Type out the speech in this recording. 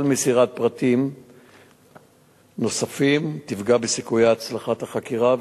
כל מסירת פרטים נוספים תפגע בסיכויי הצלחת החקירה,